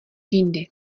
jindy